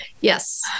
yes